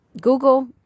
Google